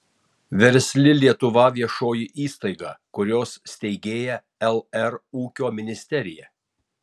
versli lietuva viešoji įstaiga kurios steigėja lr ūkio ministerija